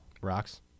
Rocks